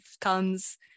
comes